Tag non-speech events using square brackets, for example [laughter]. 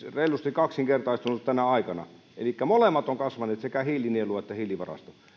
[unintelligible] reilusti kaksinkertaistunut tänä aikana elikkä molemmat ovat kasvaneet sekä hiilinielu että hiilivarasto